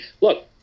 look